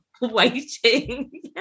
waiting